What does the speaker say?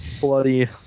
bloody